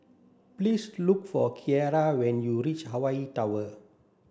please look for Kiera when you reach Hawaii Tower